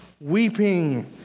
weeping